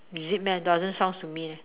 is it meh doesn't sounds to me eh